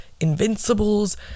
Invincibles